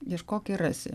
ieškok ir rasi